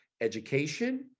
education